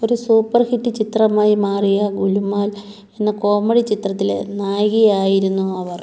ഒരു സൂപ്പർഹിറ്റ് ചിത്രമായി മാറിയ ഗുലുമാൽ എന്ന കോമഡി ചിത്രത്തിലെ നായികയായിരുന്നു അവർ